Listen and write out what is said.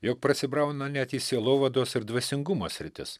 jog prasibrauna net į sielovados ir dvasingumo sritis